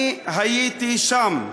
אני הייתי שם באום-אלחיראן.